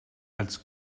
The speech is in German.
als